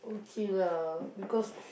okay lah because